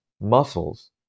muscles